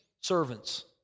servants